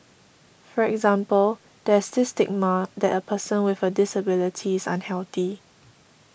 for example there's this stigma that a person with a disability is unhealthy